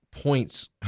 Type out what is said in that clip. points